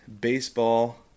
Baseball